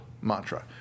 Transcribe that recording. mantra